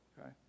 okay